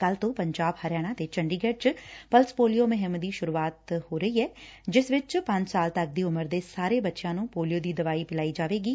ਕੱਲੂ ਤੋਂ ਪੰਜਾਬ ਹਰਿਆਣਾ ਤੇ ਚੰਡੀਗੜ ਚ ਪਲਸ ਪੋਲੀਓ ਮੁਹਿੰਮ ਦੀ ਸੁਰੁਆਤ ਹੋ ਰਹੀ ਐ ਜਿਸ ਚ ਪੰਜ ਸਾਲ ਤੱਕ ਦੀ ਉਮਰ ਦੇ ਸਾਰੇ ਬੱਚਿਆਂ ਨੂੰ ਪੋਲੀਓ ਦੀ ਦਵਾਈ ਪਿਲਾਈ ਜਾਵੇਗੀ